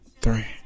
three